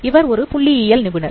இவர் ஒரு புள்ளியியல் நிபுணர்